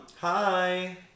Hi